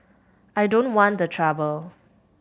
I don't want the trouble